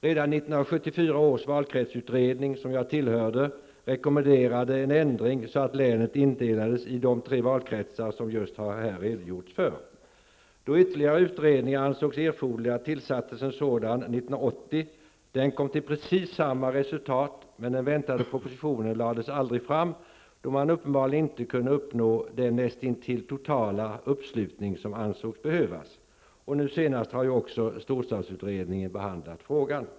Redan 1974 års valkretsutredning, som jag tillhörde, rekommenderade en ändring som innebar att länet skulle indelas i de tre valkretsar som det just har redogjorts för. Då ytterligare utredningar ansågs erforderliga tillsattes en sådan 1980. Den kom till precis samma resultat, men den väntade propositionen lades aldrig fram då man uppenbarligen inte kunde uppnå den näst intill totala uppslutning som ansågs behövas. Nu senast har även storstadsutredningen behandlat frågan.